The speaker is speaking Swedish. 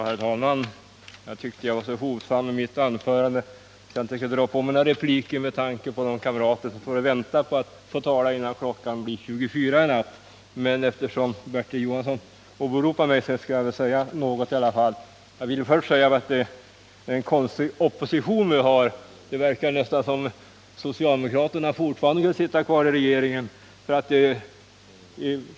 Herr talman! Jag tyckte jag var så hovsam i mitt anförande. Jag vill inte dra på mig några repliker med tanke på de kamrater som väntar på att få tala innan klockan blir 24 i natt. Men eftersom Bertil Johansson åberopar mig skall jag i alla fall säga någonting. Först och främst vill jag säga att det är en konstig opposition vi har. Det verkar som om socialdemokraterna fortfarande skulle sitta kvar i regeringen.